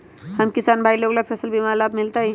हम किसान भाई लोग फसल बीमा के लाभ मिलतई?